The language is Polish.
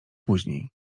później